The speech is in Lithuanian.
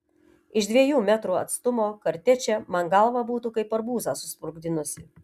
iš dviejų metrų atstumo kartečė man galvą būtų kaip arbūzą susprogdinusi